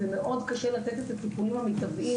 ומאוד קשה לתת את הטיפולים המיטביים